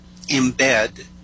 embed